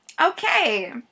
Okay